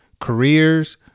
careers